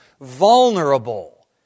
vulnerable